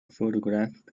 photograph